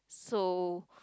so